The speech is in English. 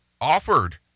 offered